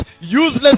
useless